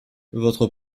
votre